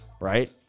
right